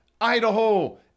Idaho